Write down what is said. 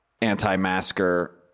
anti-masker